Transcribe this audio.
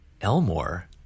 Elmore